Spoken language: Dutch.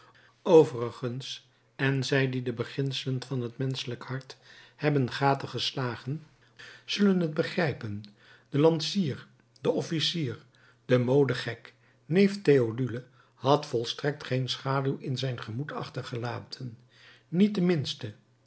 overigens en zij die de beginselen van het menschelijk hart hebben gadegeslagen zullen het begrijpen de lansier de officier de modegek neef theodule had volstrekt geen schaduw in zijn gemoed achtergelaten niet de minste